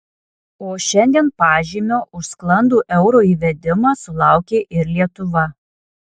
o šiandien pažymio už sklandų euro įvedimą sulaukė ir lietuva